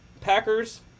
Packers